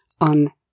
on